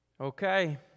Okay